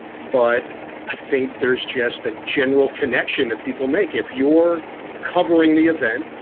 but i think there's just a general connection that people make if you're covering the event.